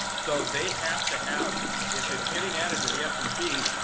so they have to have if it's getting added to the s and p,